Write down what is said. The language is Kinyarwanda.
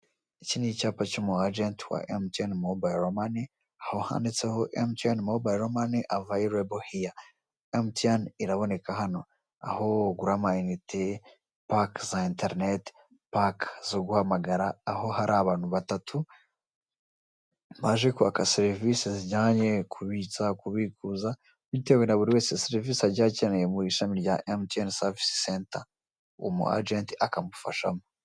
Iki ni icyapa cy'umu agenti wa emutiyeni mobiro mane, aho handitseho "emutiyeni mobiro mane avayirabo hiya" ; emutiyeni iraboneka hano. Aho ugura amayinite, paki za interineti, paki zo guhamagara. Aho hari abantu batatu baje kwaka serivisi zijyanye no kubitsa, kubikuza, bitewe na buri wese serivisi agiye akeneye muri iri shami rya emutiyeni savise senta. Uyu mu agenti akabimufashamo.